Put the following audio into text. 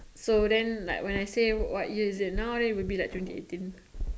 so then like when I say what year is it now then it'll be like twenty eighteen